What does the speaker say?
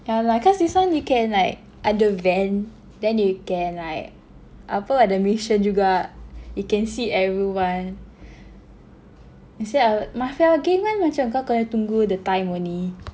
yeah lah cause this one you can like ada van then you can like apa ada mission juga you can see everyone instead I would mafia game kan macam kau kena tunggu the time only